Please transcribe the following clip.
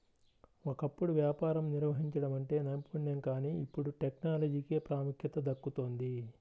ఒకప్పుడు వ్యాపారం నిర్వహించడం అంటే నైపుణ్యం కానీ ఇప్పుడు టెక్నాలజీకే ప్రాముఖ్యత దక్కుతోంది